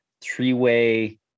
three-way